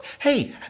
hey